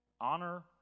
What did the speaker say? Honor